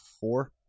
four